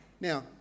Now